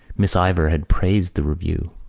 miss ivors had praised the review.